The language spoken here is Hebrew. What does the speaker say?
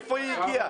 מאיפה היא הגיעה?